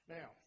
Now